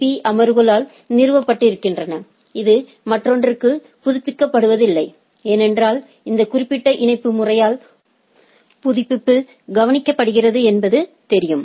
பீ அமர்வுகளால் நிறுவப்பட்டிருக்கின்றன இது மற்றொன்றுக்கு புதுப்பிக்கப்படுவதில்லை ஏனென்றால் இந்த குறிப்பிட்ட இணைப்பு முறையால் புதுப்பிப்பு கவனிக்கப்பட்டுகிறது என்பது தெரியும்